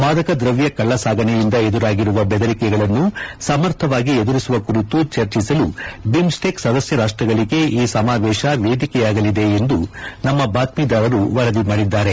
ಮಾದಕ ದ್ರವ್ಯ ಕಳ್ಳಸಾಗಣೆಯಿಂದ ಎದುರಾಗಿರುವ ಬೆದರಿಕೆಗಳನ್ನು ಸಮರ್ಥವಾಗಿ ಎದುರಿಸುವ ಕುರಿತು ಚರ್ಚಿಸಲು ಬಿಮ್ಸ್ಟೆಕ್ ಸದಸ್ಕ ರಾಷ್ಟಗಳಿಗೆ ಈ ಸಮಾವೇಶ ವೇದಿಕೆಯಾಗಲಿದೆ ಎಂದು ನಮ್ಮ ಬಾತ್ಮೀದಾರರು ವರದಿ ಮಾಡಿದ್ದಾರೆ